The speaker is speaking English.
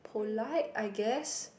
polite I guess